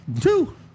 Two